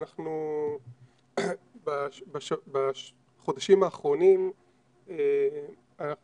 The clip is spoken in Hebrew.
בעצם בחודשים האחרונים אנחנו